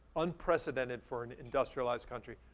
unprecedented for an industrialized country.